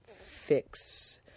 fix